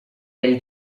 del